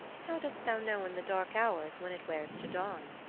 how dost thou know in the dark hours when it wears to dawn?